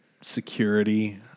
security